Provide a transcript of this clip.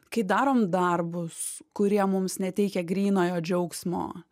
kai darom darbus kurie mums neteikia grynojo džiaugsmo